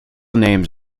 names